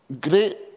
great